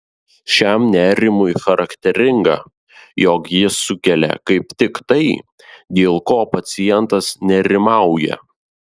šiam nerimui charakteringa jog jis sukelia kaip tik tai dėl ko pacientas nerimauja